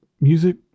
music